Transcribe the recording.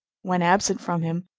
when absent from him,